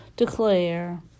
declare